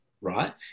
right